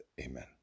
Amen